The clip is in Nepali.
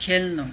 खेल्नु